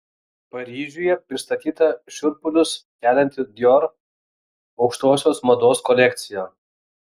paryžiuje pristatyta šiurpulius kelianti dior aukštosios mados kolekcija